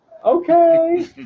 okay